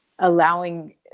Allowing